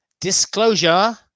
Disclosure